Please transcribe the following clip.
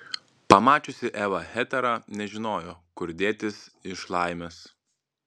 pamačiusi evą hetera nežinojo kur dėtis iš laimės